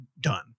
done